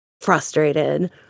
frustrated